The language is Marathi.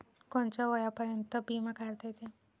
कोनच्या वयापर्यंत बिमा काढता येते?